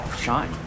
shine